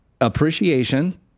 Appreciation